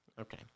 Okay